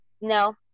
No